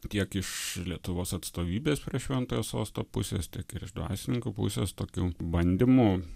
tiek iš lietuvos atstovybės prie šventojo sosto pusės tiek ir iš dvasininkų pusės tokių bandymų